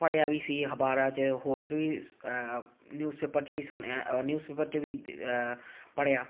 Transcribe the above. ਪੜ੍ਹਿਆ ਵੀ ਸੀ ਅਖਬਾਰਾਂ 'ਚ ਹੋਰ ਵੀ ਨਿਊਜ਼ ਪੇਪਰ 'ਚ ਵੀ ਸੁਣਿਆ ਨਿਊਜ਼ ਪੇਪਰ 'ਚ ਵੀ ਪੜ੍ਹਿਆ